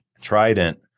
trident